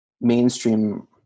mainstream